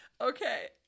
okay